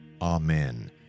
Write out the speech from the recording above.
Amen